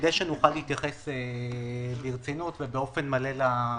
-- זאת על מנת שנוכל להתייחס ברצינות ובאופן מלא לפנייה.